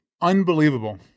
unbelievable